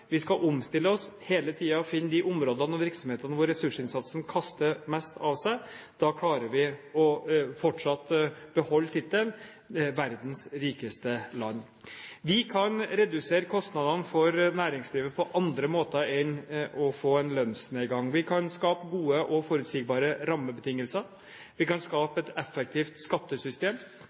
Vi skal omstille oss og hele tiden finne de områdene og virksomhetene hvor ressursinnsatsen kaster mest av seg. Da klarer vi fortsatt å beholde tittelen «verdens rikeste land». Vi kan redusere kostnadene for næringslivet på andre måter enn ved en lønnsnedgang. Vi kan skape gode og forutsigbare rammebetingelser, vi kan skape et effektivt skattesystem,